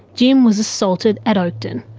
jim was assaulted at oakden.